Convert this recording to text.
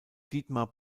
dietmar